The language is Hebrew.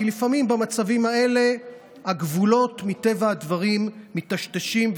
כי לפעמים במצבים האלה הגבולות מטבע הדברים מיטשטשים,